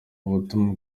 ubutumwa